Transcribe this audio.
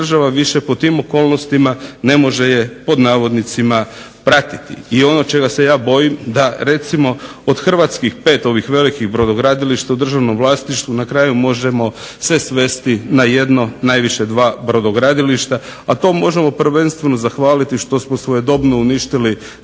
država više pod tim okolnostima ne može je "pratiti". I ono čega se ja bojim, da recimo od hrvatskih pet ovih velikih brodogradilišta u državnom vlasništvu na kraju možemo sve svesti na jedno, najviše dva brodogradilišta, a to možemo prvenstveno zahvaliti što smo svojedobno uništili naše